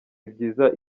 sibyiza